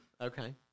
Okay